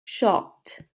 shocked